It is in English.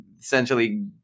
essentially